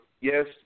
yes